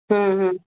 ହୁଁ ହୁଁ